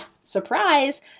surprise